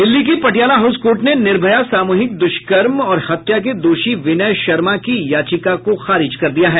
दिल्ली की Patiala house court ने निर्भया सामूहिक दुष्कर्म और हत्या के दोषी विनय शर्मा की याचिका को खारिज कर दिया है